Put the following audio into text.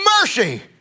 mercy